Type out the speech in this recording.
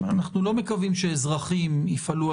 זה משהו שאני יכולה לבדוק.